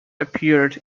appeared